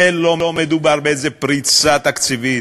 לא מדובר בפריצה תקציבית,